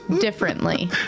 differently